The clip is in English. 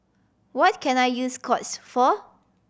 what can I use Scott's for